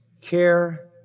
care